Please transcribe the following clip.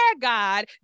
God